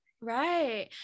Right